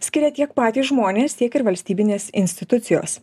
skiria tiek patys žmonės tiek ir valstybinės institucijos